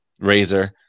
Razor